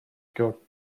skirt